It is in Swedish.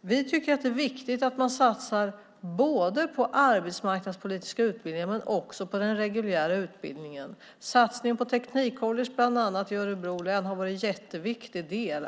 Vi tycker att det är viktigt att man satsar både på arbetsmarknadspolitiska utbildningar och på den reguljära utbildningen. Satsningen på teknikcollege bland annat i Örebro län har varit en jätteviktig del.